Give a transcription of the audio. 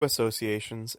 associations